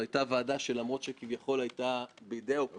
אני מאחל לך קודם כול הצלחה בכל מה שתבחר.